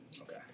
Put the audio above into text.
Okay